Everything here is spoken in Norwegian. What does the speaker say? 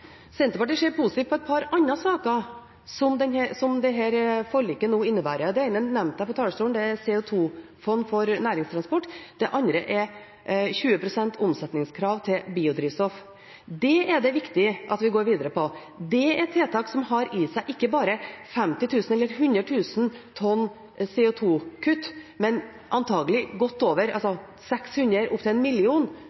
Senterpartiet ser positivt på et par andre saker som dette forliket innebærer. Det ene nevnte jeg fra talerstolen. Det er CO 2 -fond for næringstransport. Det andre er 20 pst. omsetningskrav til biodrivstoff. Det er det viktig at vi går videre på. Det er tiltak som har i seg ikke bare 50 000 eller 100 000 tonn CO 2 -kutt, men antakelig godt over